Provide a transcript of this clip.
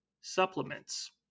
supplements